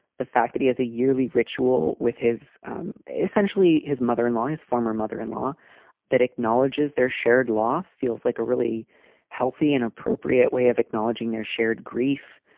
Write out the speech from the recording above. the fact that he is a yearly ritual with his um essentially his mother in law, his former mother in law that acknowledges their shared loss feels like a really healthy and appropriate way of acknowledging their shared grief.